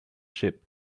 ship